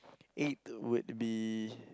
eighth would be